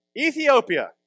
Ethiopia